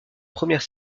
première